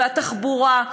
והתחבורה,